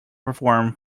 perform